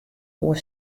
oer